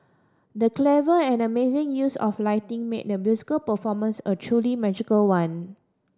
the clever and amazing use of lighting made the musical performance a truly magical one